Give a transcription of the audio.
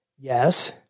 yes